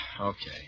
okay